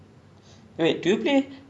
but to think that senior